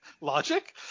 logic